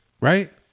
right